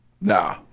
Nah